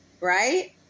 right